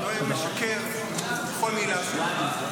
הוא משקר בכל מילה שהוא אומר.